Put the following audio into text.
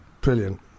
Brilliant